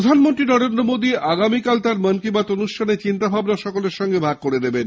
প্রধানমন্ত্রী নরেন্দ্র মোদী আগামীকাল মন কি বাত অনুষ্ঠানে তাঁর চিন্তাভাবনা সকলের সঙ্গে ভাগ করে নেবেন